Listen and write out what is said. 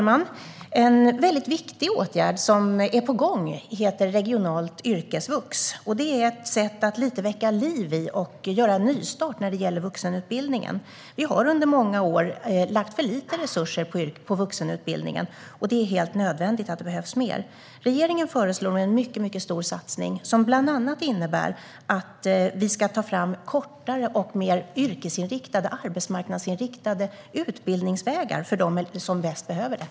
Herr talman! En viktig åtgärd som är på gång är regionalt yrkesvux. Det är ett sätt att väcka liv i och göra en nystart i vuxenutbildningen. Under många år har för lite resurser lagts på vuxenutbildningen, och det är helt nödvändigt att det tillförs mer. Regeringen föreslår en mycket stor satsning som bland annat innebär att ta fram kortare och mer yrkesinriktade och arbetsmarknadsinriktade utbildningsvägar för dem som bäst behöver dem.